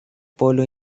polo